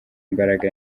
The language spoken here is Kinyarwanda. imbaraga